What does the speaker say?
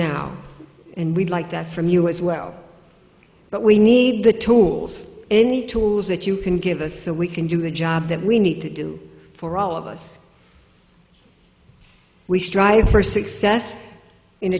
now and we'd like that from you as well but we need the tools any tools that you can give us so we can do the job that we need to do for all of us we strive for success in